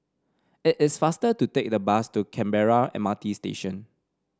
it is faster to take the bus to Canberra M R T Station